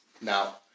Now